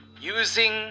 using